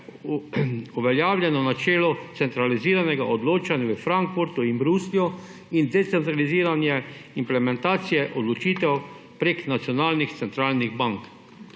uveljavljeno načelo centraliziranega odločanja v Frankfurtu in Bruslju in decentraliziranje implementacije odločitev prek nacionalnih centralnih bank.